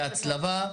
בהצלבה,